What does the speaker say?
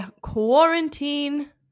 quarantine